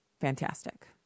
fantastic